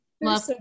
love